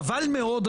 חבל מאוד,